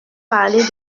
parler